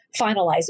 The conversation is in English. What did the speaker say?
finalize